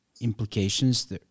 implications